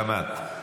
גם את.